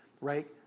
right